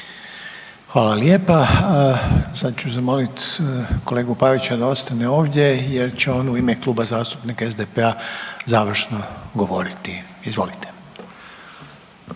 Hvala lijepa. Sad ću zamolit kolegu Pavića da ostane ovdje jer će u ime Kluba zastupnika SDP-a završno govoriti. Izvolite.